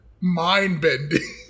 mind-bending